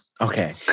Okay